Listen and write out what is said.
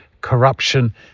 corruption